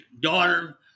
daughter